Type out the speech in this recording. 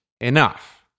enough